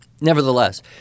nevertheless